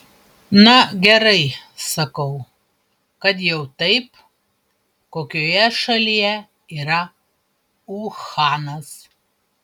na gerai sakau kad jau taip kokioje šalyje yra uhanas